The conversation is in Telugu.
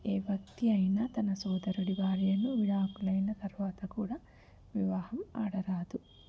ఎ వ్యక్తి అయినా తన సోదరుడు భార్యను విడాకులైన తర్వాత కూడా వివాహం ఆడరాదు